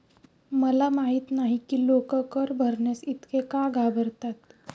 मला माहित नाही की लोक कर भरण्यास इतके का घाबरतात